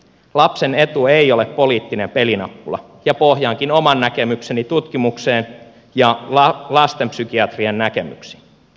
lapsen etu ei ole poliittinen pelinappula ja pohjaankin oman näkemykseni tutkimukseen ja lastenpsykiatrien näkemyksiin